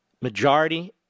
majority